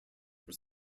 were